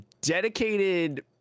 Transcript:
dedicated